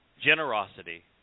generosity